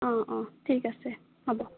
অঁ অঁ ঠিক আছে হ'ব